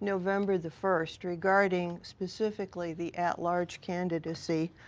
november first regarding specifically the at-large candidacy.